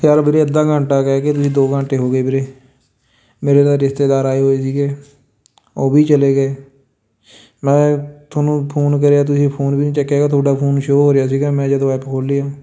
ਯਾਰ ਵੀਰੇ ਅੱਧਾ ਘੰਟਾ ਕਹਿ ਕੇ ਤੁਸੀਂ ਦੋ ਘੰਟੇ ਹੋ ਗਏ ਵੀਰੇ ਮੇਰੇ ਤਾਂ ਰਿਸ਼ਤੇਦਾਰ ਆਏ ਹੋਏ ਸੀਗੇ ਉਹ ਵੀ ਚਲੇ ਗਏ ਮੈਂ ਤੁਹਾਨੂੰ ਫੋਨ ਕਰਿਆ ਤੁਸੀਂ ਫੋਨ ਵੀ ਨਹੀਂ ਚੱਕਿਆ ਤੁਹਾਡਾ ਫੋਨ ਸ਼ੋ ਹੋ ਰਿਹਾ ਸੀਗਾ ਮੈਂ ਜਦੋਂ ਐਪ ਖੋਲ੍ਹੀ